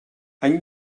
any